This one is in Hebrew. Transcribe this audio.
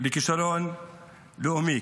לכישלון לאומי.